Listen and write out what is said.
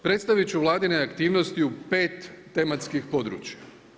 Predstaviti ću vladine aktivnosti u 5 tematskih područja.